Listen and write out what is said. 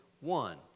one